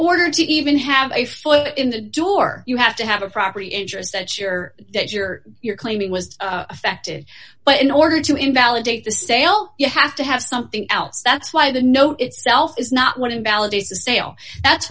order to even have a foot in the door you have to have a property interest that sure that your you're claiming was affected but in order to invalidate the sale you have to have something else that's why the note itself is not what invalidates the sale that's